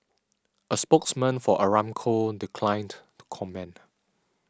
a spokesman for Aramco declined to comment